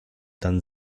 dann